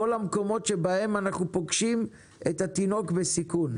כל המקומות שבהם אנחנו פוגשים את התינוק בסיכון,